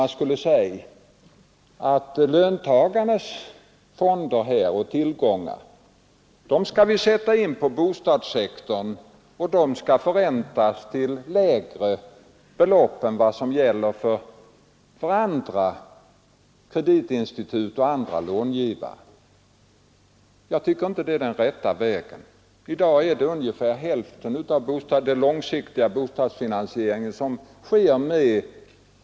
” Men när har vi sagt upp det program som vi tidigare har presenterat och som just har syftat till att vi skall producera lägenheter av god kvalitet och göra dem överkomliga för det stora flertalet människor i det här landet? Vi har självfallet även i dag ett bostadspolitiskt program.